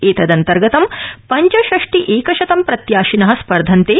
एतदन्तर्गतं पञ्चषष्टि एकशतं प्रत्याशिन स्पर्धन्ते